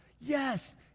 yes